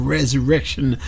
Resurrection